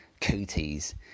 Cooties